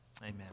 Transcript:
Amen